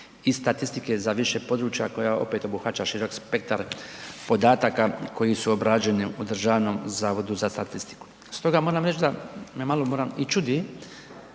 i statistike za više područja koja opet obuhvaća širok spektar podataka koji su obrađeni u Državnom zavodu za statistiku. Stoga moram reći da me malo i čudi